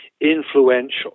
influential